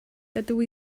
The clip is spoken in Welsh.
dydw